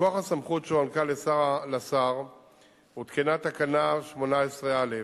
מכוח הסמכות שהוענקה לשר הותקנה תקנה 18(א)